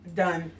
done